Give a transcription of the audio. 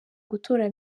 gutora